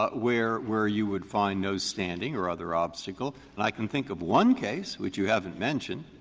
but where where you would find no standing or other obstacle. and i can think of one case, which you haven't mentioned,